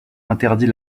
interdit